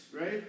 right